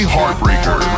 Heartbreaker